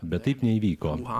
bet taip neįvyko